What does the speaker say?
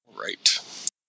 Right